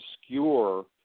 obscure